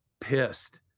pissed